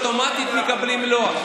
אוטומטית מקבלים: לא.